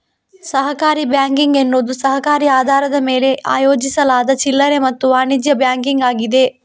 ಸಹಕಾರಿ ಬ್ಯಾಂಕಿಂಗ್ ಎನ್ನುವುದು ಸಹಕಾರಿ ಆಧಾರದ ಮೇಲೆ ಆಯೋಜಿಸಲಾದ ಚಿಲ್ಲರೆ ಮತ್ತು ವಾಣಿಜ್ಯ ಬ್ಯಾಂಕಿಂಗ್ ಆಗಿದೆ